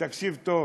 תקשיב טוב: